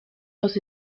los